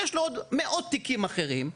יש לו עוד מאות תיקים אחרים,